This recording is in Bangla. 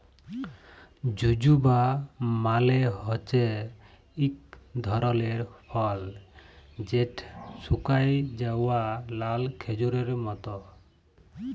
জুজুবা মালে হছে ইক ধরলের ফল যেট শুকাঁয় যাউয়া লাল খেজুরের মত